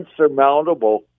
insurmountable